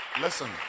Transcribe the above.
listen